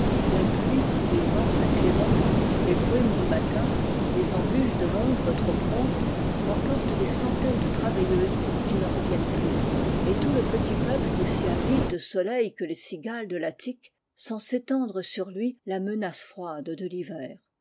la pluie et les vents incléments les brumes du matin les embûches de tombre trop prompte emportent des centaines de travailleuses qui ne reviennent plus et tout le petit peuple aussi avide de soleil que les cigales de tattique sent s'étendre sur lui la menace froide de thiver